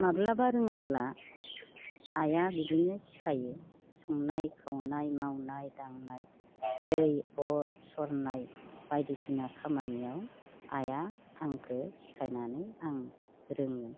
माब्लाबा रोङाबा आइआ बिदिनो सिखायो संनाय खावनाय मावनाय दांनाय दै अर सरनाय बायदिसिना खामानियाव आइआ आंखौ सिखायनानै आं रोङो